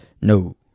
No